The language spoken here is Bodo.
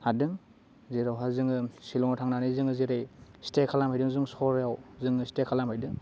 हादों जेरावहा जोङो शिलङाव थांनानै जोङो जेरै स्टे खालामहैदों जों छरायाव जों स्टे खालामहैदों